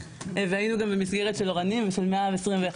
והיינו גם במסגרת של אורנים ושל 121